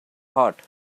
heart